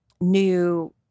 new